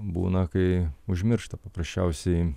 būna kai užmiršta paprasčiausiai